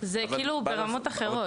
זה ברמות אחרות.